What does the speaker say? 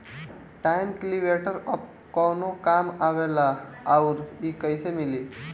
Tine cultivator कवने काम आवेला आउर इ कैसे मिली?